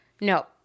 No